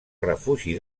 refugi